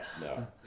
No